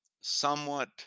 somewhat